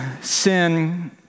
sin